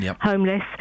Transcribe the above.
homeless